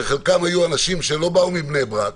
שחלקם היו אנשים שלא באו מבני ברק,